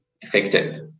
effective